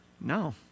No